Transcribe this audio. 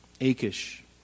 Achish